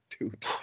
dude